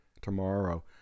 tomorrow